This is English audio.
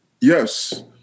Yes